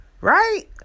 right